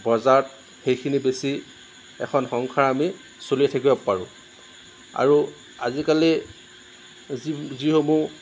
বজাৰত সেইখিনি বেচি এখন সংসাৰ আমি চলি থাকিব পাৰোঁ আৰু আজিকালি যি যি সমূহ